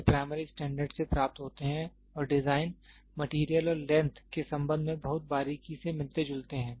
ये primary standard से प्राप्त होते हैं और डिज़ाइन मटेरियल और लेंथ के संबंध में बहुत बारीकी से मिलते जुलते हैं